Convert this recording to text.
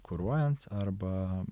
kuruojant arba